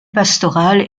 pastorale